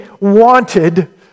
wanted